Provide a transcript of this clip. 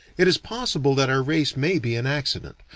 it is possible that our race may be an accident,